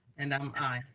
and am, i,